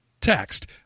text